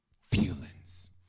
Feelings